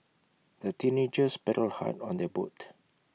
the teenagers paddled hard on their boat